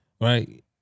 right